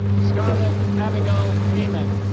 scarlett abbigail beamon